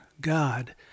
God